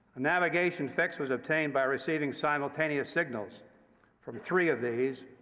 navigation fix was obtained by receiving simultaneous signals from three of these,